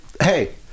hey